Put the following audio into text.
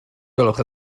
gwelwch